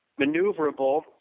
maneuverable